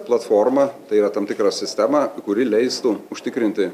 platformą tai yra tam tikrą sistemą kuri leistų užtikrinti